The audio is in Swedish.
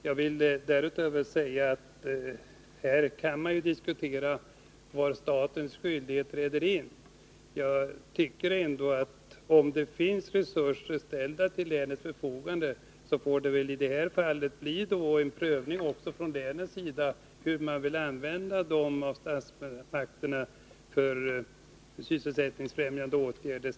Man kan naturligtvis diskutera var statens skyldigheter träder in, men jag tycker att om det finns resurser som ställts till länets förfogande, så får det väl också i det här avseendet bli fråga om en prövning från länsmyndigheternas sida av hur man vill använda de medel som statsmakterna anvisat för sysselsättningsfrämjande åtgärder.